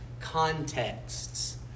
contexts